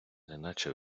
неначе